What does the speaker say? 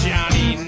Johnny